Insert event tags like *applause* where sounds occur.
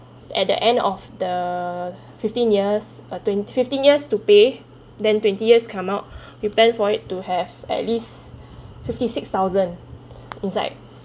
at the end of the fifteen years or twenty fifteen years to pay then twenty years come out *breath* we plan for it to have at least *breath* fifty six thousand inside